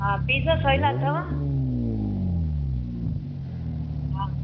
हा पीज़ सोयल अथव हा